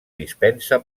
dispensa